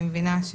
כי